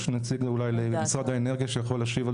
יש נציג אולי למשרד האנרגיה שיכול להשיב על